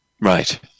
Right